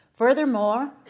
Furthermore